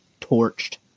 torched